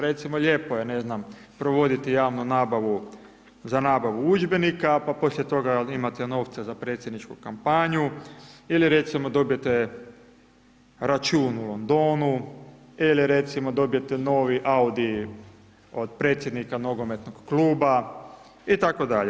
Recimo lijepo je ne znam provoditi javnu nabavu za nabavu udžbenika, pa poslije toga imati novca za predsjedničku kampanju ili recimo dobijete račun u Londonu ili recimo dobijete novi Audi od predsjednika nogometnog kluba itd.